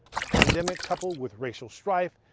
a pandemic coupled with racial strife,